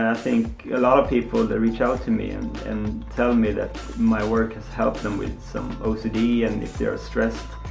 think a lot of people that reach out to me and and tell me that my work has helped them with some ocd, and if they are stressed,